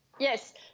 Yes